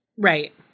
Right